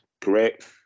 correct